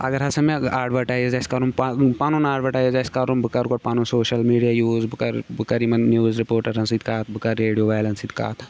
اگر ہسا مےٚ اَٮ۪ڈوَٹایز آسہِ کَرُن پَن پَنُن اَٮ۪ڈوَٹایز آسہِ کَرُن بہٕ کَرٕ گۄڈٕ پَنُن سوشَل میٖڈیا یوٗز بہٕ کَرٕ بہٕ کَرٕ یِمَن نِوٕز رِپوٹَرَن سۭتۍ کر بہٕ کَرٕ ریڈیو والٮ۪ن سۭتۍ کَتھ